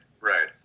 right